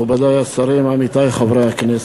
מכובדי השרים, עמיתי חברי הכנסת,